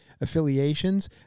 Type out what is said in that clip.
affiliations